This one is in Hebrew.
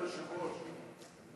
כבוד היושב-ראש,